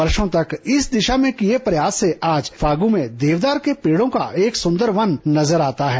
वर्षो तक इस दिशा में किए प्रयास से आज फागू में देवदार के पेड़ों का एक सुंदर वन नज़र आता है